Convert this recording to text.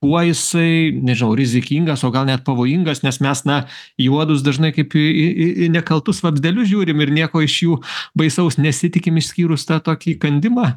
kuo jisai nežinau rizikingas o gal net pavojingas nes mes na į uodus dažnai kaip į į į nekaltus vabzdelius žiūrim ir nieko iš jų baisaus nesitikim išskyrus tą tokį įkandimą